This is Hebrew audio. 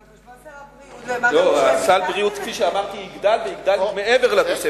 זה על חשבון סל הבריאות, ומה גם שביטלתם את זה.